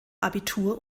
abitur